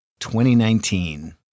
2019